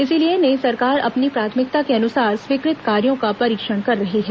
इसलिए नई सरकार अपनी प्राथमिकता के अनुसार स्वीकृत कार्यो का परीक्षण कर रही है